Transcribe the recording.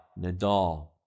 Nadal